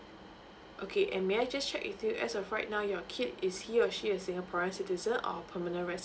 okay and may I just check with you as of right now your kid is he or she is singaporean citizen or permanent